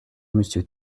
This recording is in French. monsieur